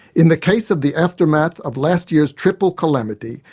in the case of the aftermath of last year's triple calamity,